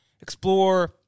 explore